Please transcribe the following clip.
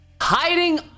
Hiding